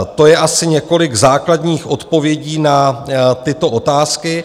To je asi několik základních odpovědí na tyto otázky.